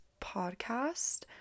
podcast